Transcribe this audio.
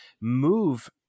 move